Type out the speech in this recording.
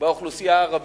ובאוכלוסייה הערבית,